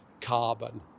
carbon